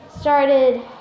started